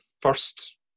first